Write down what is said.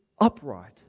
upright